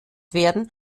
werden